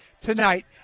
tonight